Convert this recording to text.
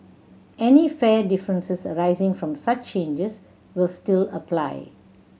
any fare difference arising from such changes will still apply